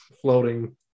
floating